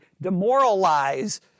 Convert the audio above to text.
demoralize